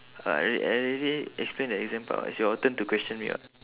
I alrea~ already explain the exam part [what] it's your turn to question me [what]